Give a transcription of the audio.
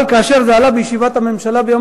אבל כאשר זה עלה בישיבת הממשלה ביום